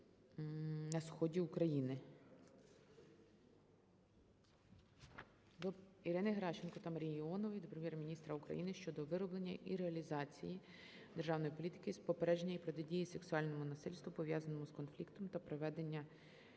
на сході України. Ірини Геращенко та Марії Іонової до Прем'єр-міністра України щодо вироблення і реалізації державної політики з попередження і протидії сексуальному насильству, пов'язаному з конфліктом, та приведення